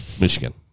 Michigan